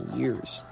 years